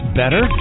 better